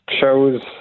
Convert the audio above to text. chose